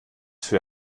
für